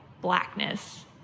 blackness